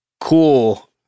cool